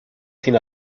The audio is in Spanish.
sin